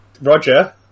Roger